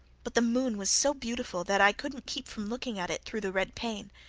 but the moon was so beautiful that i couldn't keep from looking at it through the red pane.